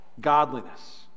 Godliness